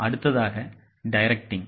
அடுத்ததாக directing